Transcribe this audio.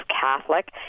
Catholic